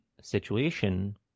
situation